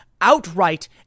outright